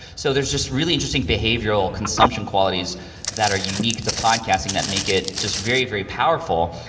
so, there's just really interesting behavioral consumption qualities that are unique to podcasting that make it just very very powerful.